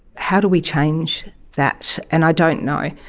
how do we change that? and i don't know.